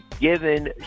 given